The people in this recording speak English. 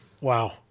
Wow